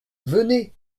venez